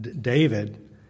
David